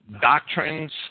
Doctrines